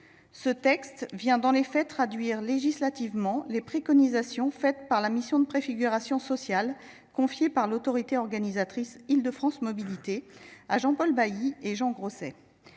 Concrètement, ce texte traduit législativement les préconisations formulées par la mission de préfiguration sociale confiée par l’autorité organisatrice, Île de France Mobilités, à Jean Paul Bailly et Jean Grosset.